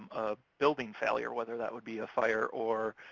a building failure, whether that would be a fire or